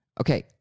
Okay